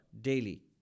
daily